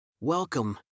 Welcome